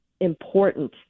important